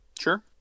Sure